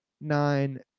nine